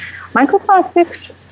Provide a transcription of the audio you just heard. Microplastics